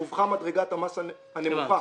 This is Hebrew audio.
רווחה מדרגת המס הנמוכה